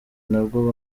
ntabwo